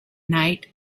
night